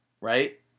right